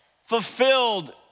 fulfilled